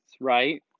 right